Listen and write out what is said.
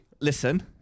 listen